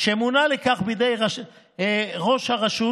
שמונה לכך בידי ראש הרשות,